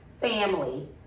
Family